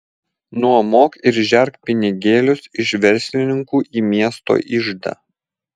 nuomok ir žerk pinigėlius iš verslininkų į miesto iždą